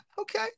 okay